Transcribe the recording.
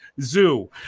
zoo